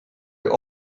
your